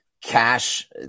cash